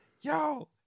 yo